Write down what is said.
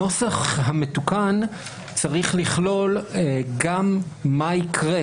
הנוסח המתוקן צריך לכלול גם מה יקרה,